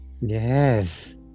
Yes